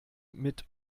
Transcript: mit